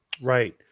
right